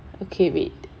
okay wait